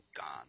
gone